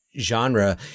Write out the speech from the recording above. genre